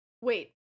Wait